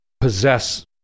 possess